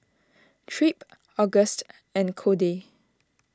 Tripp Auguste and Codey